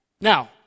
Now